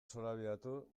zorabiatu